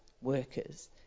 workers